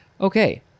Okay